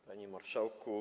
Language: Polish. Panie Marszałku!